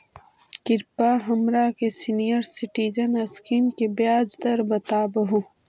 कृपा हमरा के सीनियर सिटीजन स्कीम के ब्याज दर बतावहुं